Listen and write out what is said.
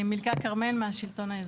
מילכה כרמל מהשלטון האזורי.